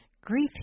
Grief